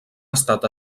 estat